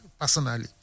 personally